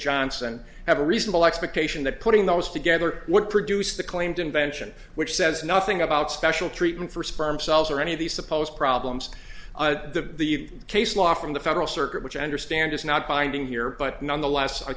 johnson have a reasonable expectation that putting those together would produce the claimed invention which says nothing about special treatment for sperm cells or any of these supposed problems the case law from the federal circuit which i understand is not binding here but nonetheless i